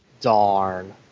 Darn